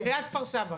חגור, ליד כפר סבא.